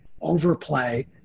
overplay